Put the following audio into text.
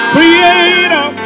Creator